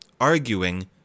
arguing